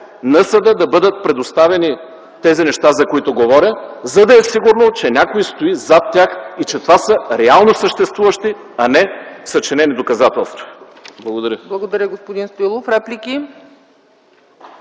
на съда да бъдат предоставени тези неща, за които говоря, за да е сигурно, че някой стои зад тях и че това са реално съществуващи, а не съчинени доказателства. Благодаря.